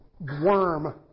Worm